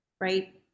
right